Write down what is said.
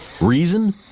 Reason